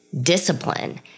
discipline